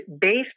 based